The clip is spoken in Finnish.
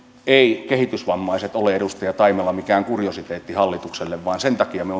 eivät kehitysvammaiset ole edustaja taimela mikään kuriositeetti hallitukselle vaan sen takia me